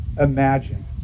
imagine